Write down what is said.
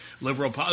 liberal